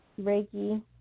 Reiki